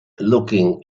looking